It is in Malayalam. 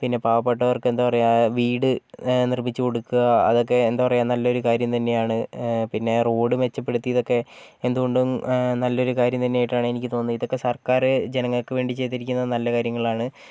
പിന്നെ പാവപ്പെട്ടവർക്കെന്താണ് പറയുക വീട് ഏഹ് നിർമിച്ചുകൊടുക്കുക അതൊക്കെ എന്താ പറയാ നല്ലൊരു കാര്യം തന്നെയാണ് എഹ് പിന്നെ റോഡ് മെച്ചപ്പെടുത്തിയതൊക്കെ എന്തുകൊണ്ടും നല്ലൊരു കാര്യം തന്നെ ആയിട്ടാണ് എനിക്ക് തോന്നിയത് ഇതൊക്കെ സർക്കാർ ജനങ്ങൾക്കു വേണ്ടി ചെയ്തിരിക്കുന്ന നല്ല കാര്യങ്ങളാണ്